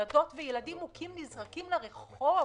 ילדות וילדים מוכים נזרקים לרחוב.